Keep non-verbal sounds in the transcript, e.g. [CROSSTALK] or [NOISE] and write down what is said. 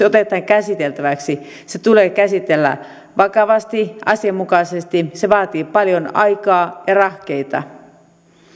[UNINTELLIGIBLE] otetaan käsiteltäväksi se tulee käsitellä vakavasti ja asianmukaisesti ja se vaatii paljon aikaa ja rahkeita